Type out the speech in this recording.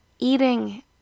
Eating